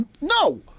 No